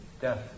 Death